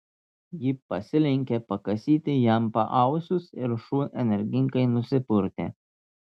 ji pasilenkė pakasyti jam paausius ir šuo energingai nusipurtė